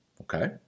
okay